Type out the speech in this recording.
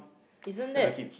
isn't that